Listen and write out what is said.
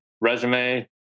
resume